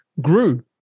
grew